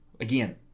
Again